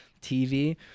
TV